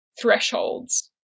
thresholds